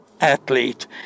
Athlete